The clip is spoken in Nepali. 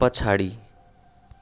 पछाडि